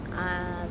um